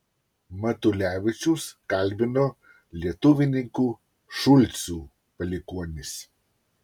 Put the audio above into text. matulevičius kalbino lietuvininkų šulcų palikuonis